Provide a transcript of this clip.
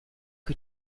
que